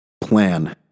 plan